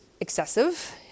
excessive